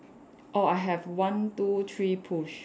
orh I have one two three push